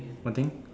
what thing